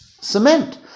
Cement